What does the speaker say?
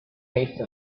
taste